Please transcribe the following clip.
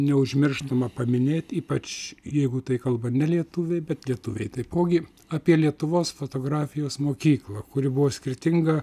neužmirštama paminėt ypač jeigu tai kalba nelietuviai bet lietuviai taipogi apie lietuvos fotografijos mokyklą kuri buvo skirtinga